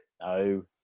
No